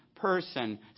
person